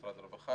משרד הרווחה,